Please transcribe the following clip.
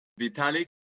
Vitalik